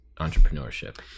entrepreneurship